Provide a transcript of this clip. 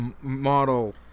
model